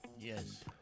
Yes